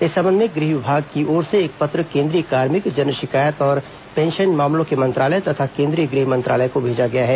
इस संबंध में गृह विभाग की ओर से एक पत्र केन्द्रीय कार्मिक जनशिकायत और पेंशन मामलों के मंत्रालय तथा केन्द्रीय गृह मंत्रालय को भेजा गया है